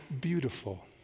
beautiful